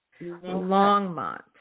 Longmont